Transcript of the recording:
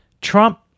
Trump